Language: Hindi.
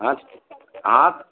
हाँ हाँ